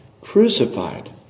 crucified